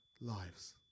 lives